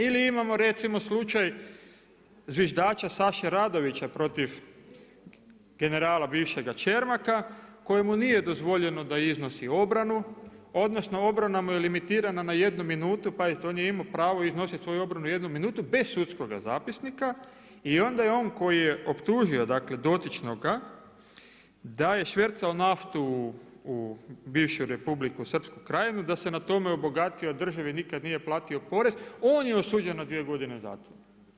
Ili imamo recimo slučaj zviždača Saše Radovića protiv generala bivšega Čermaka kojemu nije dozvoljeno da iznosi obranu, odnosno obrana mu je limitirana na 1 minutu, pazite on je imao pravo iznositi svoju obranu u 1 minutu bez sudskoga zapisnika i onda je on koji je optužio dakle dotičnoga da je švercao naftu u bivšu Republiku Srpsku Krajinu da se na tome obogatio a državi nikad nije platio porez on je osuđen na 2 godine zatvora.